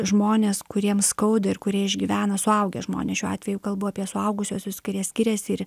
žmonės kuriem skauda ir kurie išgyvena suaugę žmonės šiuo atveju kalbu apie suaugusiuosius kurie skiriasi ir